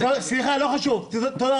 החוזרים למעגל